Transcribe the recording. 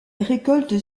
récolte